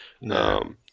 No